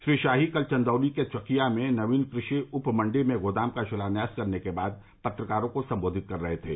श्री शाही कल चंदौली के चकिया में नवीन कृषि उप मंडी में गोदाम का शिलान्यास करने के बाद पत्रकारों को संबोधित कर रहे थे